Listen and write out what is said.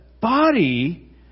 body